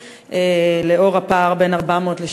לאור הפער בין 400 ל-70?